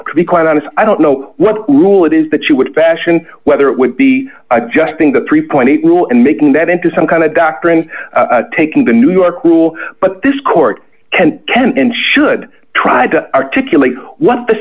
to be quite honest i don't know what rule it is that you would fashion whether it would be adjusting the three point eight rule and making that into some kind of doctrine taking the new york rule but this court can can and should try to articulate what the